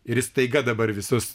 ir jis staiga dabar visus